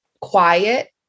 quiet